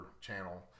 channel